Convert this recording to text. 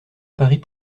paris